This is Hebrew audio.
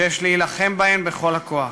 שיש להילחם בהן בכל הכוח.